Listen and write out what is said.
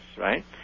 right